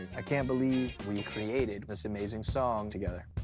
i can't believe we created this amazing song together.